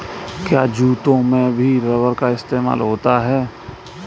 क्या जूतों में भी रबर का इस्तेमाल होता है?